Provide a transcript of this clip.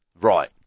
right